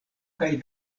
kaj